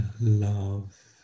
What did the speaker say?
love